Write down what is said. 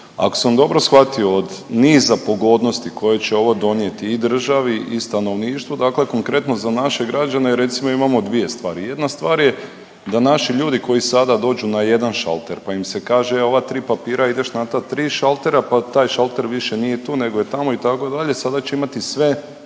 Ako sam dobro shvatio od niza pogodnosti koje će ovo donijeti i državi i stanovništvu, dakle konkretno za naše građane recimo imamo dvije stvari. Jedna stvar je da naši ljudi koji sada dođu na jedan šalter pa im se kaže e ova tri papira ideš na ta tri šaltera pa taj šalter više nije tu nego je tamo itd., sada će imati sve